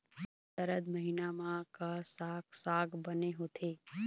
सरद महीना म का साक साग बने होथे?